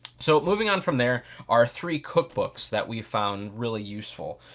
so, moving on from there are three cookbooks that we found really useful.